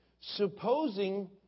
Supposing